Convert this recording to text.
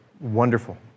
wonderful